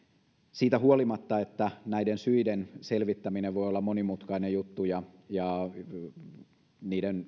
siitä huolimatta että näiden syiden selvittäminen voi olla monimutkainen juttu ja ja niiden